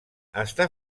està